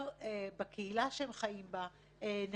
אני